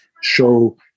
show